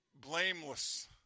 blameless